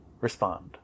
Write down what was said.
respond